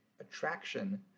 attraction